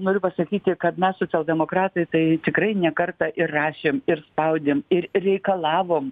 noriu pasakyti kad mes socialdemokratai tai tikrai ne kartą ir rašėm ir spaudėm ir reikalavom